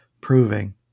proving